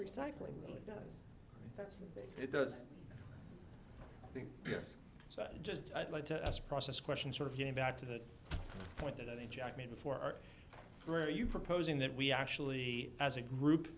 recycling really does it does yes so i just i'd like to ask process question sort of getting back to the point that i just made before are you proposing that we actually as a group